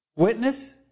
witness